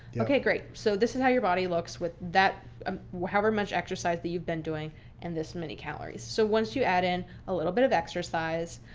okay, great. so this is how your body looks with um however much exercise that you've been doing and this many calories. so once you add in a little bit of exercise,